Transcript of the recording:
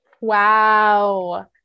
Wow